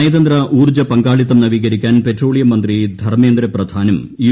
നയതന്ത്ര ഊർജ്ജ പങ്കാളിത്തം നവീകരിക്കാൻ പെട്രോളിയം മന്ത്രി ധർമ്മേന്ദ്ര പ്രധാനും യു